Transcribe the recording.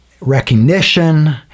recognition